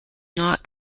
not